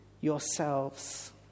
yourselves